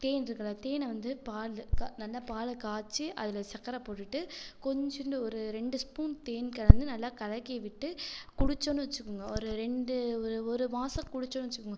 தேன் இருக்குல்ல தேனை வந்து பாலில் க நல்ல பாலை காய்ச்சி அதில் சக்கரை போட்டுட்டு கொஞ்சோண்டு ஒரு இரண்டு ஸ்பூன் தேன் கலந்து நல்ல கலக்கி விட்டு குடிச்சோன்னு வச்சுக்கோங்க ஒரு இரண்டு ஒரு ஒரு மாசம் குடிச்சோன்னு வச்சுக்கோங்க